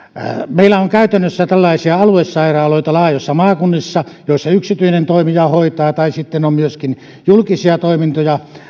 meillä on käytännössä tällaisia aluesairaaloita laajoissa maakunnissa joissa yksityinen toimija hoitaa tai sitten on myöskin julkisia toimintoja